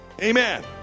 Amen